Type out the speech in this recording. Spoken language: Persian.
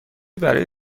برای